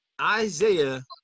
Isaiah